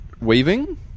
Weaving